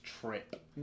trip